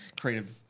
creative –